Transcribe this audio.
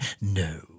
No